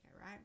Right